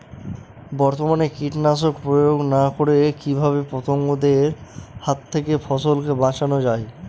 বর্তমানে কীটনাশক প্রয়োগ না করে কিভাবে পতঙ্গদের হাত থেকে ফসলকে বাঁচানো যায়?